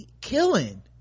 killing